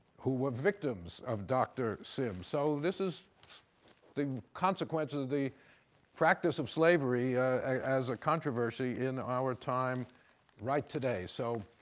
who were victims of dr. sims. so this is the consequence of the practice of slavery as a controversy in our time right today. so,